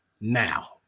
now